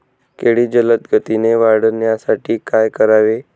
केळी जलदगतीने वाढण्यासाठी काय करावे?